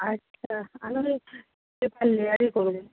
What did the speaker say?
আচ্ছা আর না হলে লেয়ারই করবেন